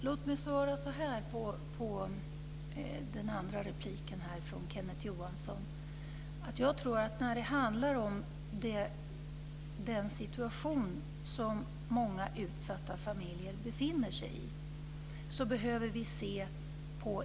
Fru talman! Låt mig svara så här på Kenneth Johanssons andra replik. Vi behöver ta ett helhetsgrepp över den situation som många utsatta familjer befinner sig i.